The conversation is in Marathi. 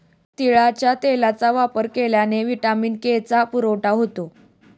तिळाच्या तेलाचा वापर केल्याने व्हिटॅमिन के चा पुरवठा होतो